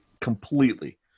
completely